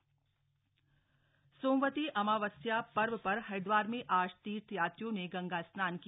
सोमवती अमावस्या स्नान सोमवती अमावस्या पर्व पर हरिद्वार में आज तीर्थयात्रियों ने गंगा स्नान किया